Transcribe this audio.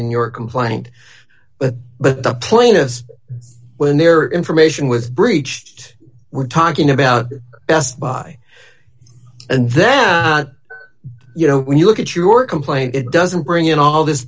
in your complaint but the plaintiffs when their information was breached we're talking about best buy and then you know when you look at your complaint it doesn't bring in all this